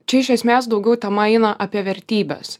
čia iš esmės daugiau tema eina apie vertybes